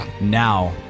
Now